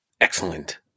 Excellent